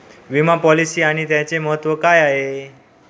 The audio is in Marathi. विमा पॉलिसी आणि त्याचे महत्व काय आहे?